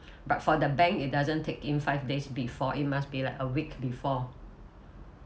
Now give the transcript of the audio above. but for the bank it doesn't take in five days before it must be like a week before